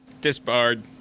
Disbarred